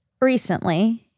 recently-